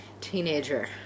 teenager